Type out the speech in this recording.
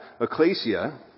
ecclesia